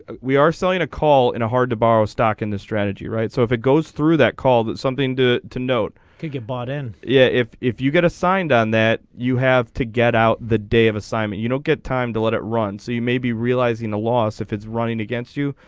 we are selling a call in a hard to borrow stock in the strategy right so if it goes through that call that something to to note. to get bought in. yeah if if you get assigned on that. you have to get out the day of assignment you don't know get time to let it run see maybe realizing the loss if it's running against you.